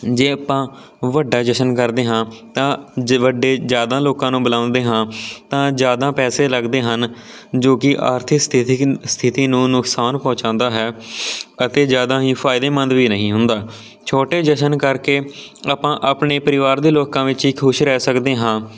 ਜੇ ਆਪਾਂ ਵੱਡਾ ਜਸ਼ਨ ਕਰਦੇ ਹਾਂ ਤਾਂ ਜੇ ਵੱਡੇ ਜਿਆਦਾ ਲੋਕਾਂ ਨੂੰ ਬੁਲਾਉਂਦੇ ਹਾਂ ਤਾਂ ਜ਼ਿਆਦਾ ਪੈਸੇ ਲੱਗਦੇ ਹਨ ਜੋ ਕਿ ਆਰਥਿਕ ਸਥਿਤੀ ਸਥਿਤੀ ਨੂੰ ਨੁਕਸਾਨ ਪਹੁੰਚਾਉਂਦਾ ਹੈ ਅਤੇ ਜ਼ਿਆਦਾ ਹੀ ਫਾਇਦੇਮੰਦ ਵੀ ਨਹੀਂ ਹੁੰਦਾ ਛੋਟੇ ਜਸ਼ਨ ਕਰਕੇ ਆਪਾਂ ਆਪਣੇ ਪਰਿਵਾਰ ਦੇ ਲੋਕਾਂ ਵਿੱਚ ਹੀ ਖੁਸ਼ ਰਹਿ ਸਕਦੇ ਹਾਂ